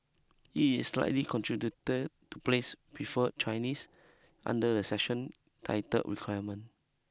it is slightly contradictory to place prefer Chinese under a section titled requirement